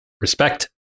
Respect